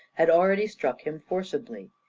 had already struck him forcibly.